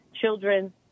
children